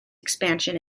expansion